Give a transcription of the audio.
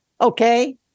okay